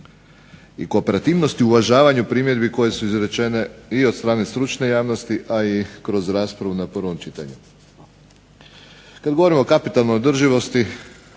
i kooperativnosti uvažavanja primjedbi koje su izrečene i od strane stručne javnosti, a i kroz raspravu na prvom čitanju. Kada govorimo o kapitalnoj održivosti